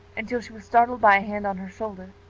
until she was startled by a hand on her shoulder.